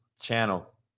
channel